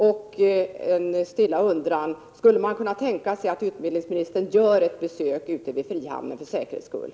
Jag har en stilla undran: Skulle man kunna tänka sig att utbildningsministern gör ett besök ute vid frihamnen för säkerhets skull?